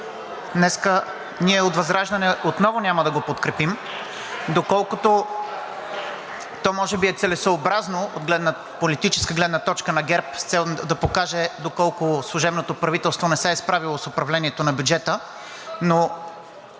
Днес ние от ВЪЗРАЖДАНЕ отново няма да го подкрепим. То може би е целесъобразно от политическа гледна точка на ГЕРБ, с цел да покаже доколко служебното правителство не се е справило с управлението на бюджета.